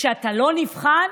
כשאתה לא נבחן,